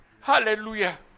Hallelujah